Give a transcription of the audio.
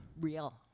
real